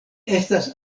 estas